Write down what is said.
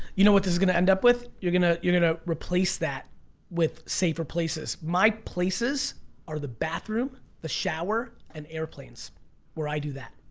you know what this is gonna end up with? you're gonna, you're gonna, replace that with safer places my places are the bathroom the shower and airplanes where i do that.